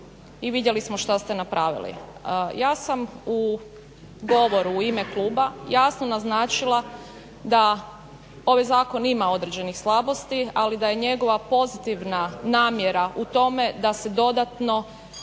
i vidjeli smo što ste napravili. Ja sam u govoru u ime kluba jasno naznačila da ovaj zakon ima određenih slabosti, ali da je njegova pozitivna namjera u tome da se dodatno